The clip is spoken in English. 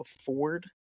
afford